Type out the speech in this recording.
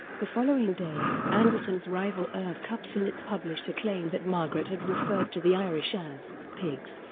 the following day, anderson's rival irv kupcinet published a claim that margaret had referred to the irish as pigs.